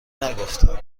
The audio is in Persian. نگفتم